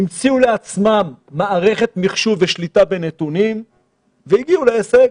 המציאו לעצמם מערכת מחשוב ושליטה בנתונים והגיעו להישג.